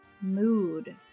mood